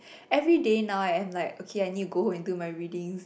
everyday now I am like okay I need to go home and do my readings